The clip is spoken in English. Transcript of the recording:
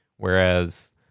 Whereas